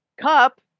cup